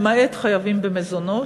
למעט חייבים במזונות,